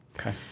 Okay